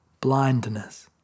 blindness